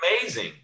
Amazing